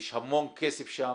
יש המון כסף שם.